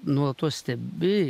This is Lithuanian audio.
nuolatos stebi